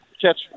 catch